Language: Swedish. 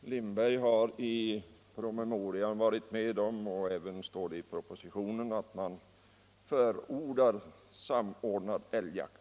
Lindberg har i promemorian — det står även i propositionen = förordat samordnad älgjakt.